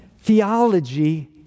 Theology